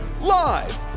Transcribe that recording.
Live